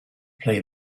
play